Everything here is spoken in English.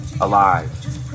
alive